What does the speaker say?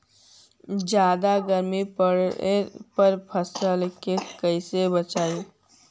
जादा गर्मी पड़े पर फसल के कैसे बचाई?